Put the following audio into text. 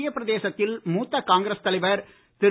மத்திய பிரதேசத்தில் மூத்த காங்கிரஸ் தலைவர் திரு